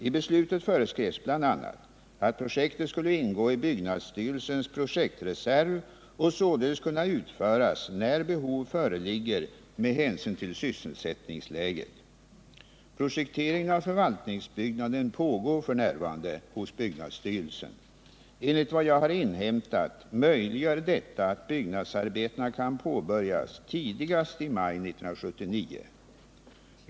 I beslutet föreskrevs bl.a. att projektet skulle ingå i byggnadsstyrelsens projektreserv och således kunna utföras när behov föreligger med hänsyn till sysselsättningsläget. Projekteringen av förvaltningsbyggnaden pågår f. n. hos byggnadsstyrelsen. Enligt vad jag har inhämtat möjliggör detta att byggnadsarbetena kan påbörjas tidigast i maj 1979.